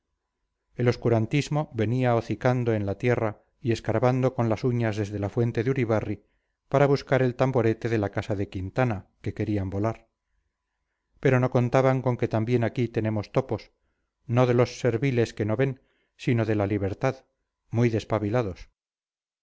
el obscurantismo venía hocicando en la tierra y escarbando con las uñas desde la fuente de uribarri para buscar el tamborete de la casa de quintana que querían volar pero no contaban con que también aquí tenemos topos no de los serviles que no ven sino de la libertad muy despabilados